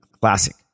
Classic